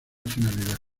finalidad